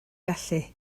felly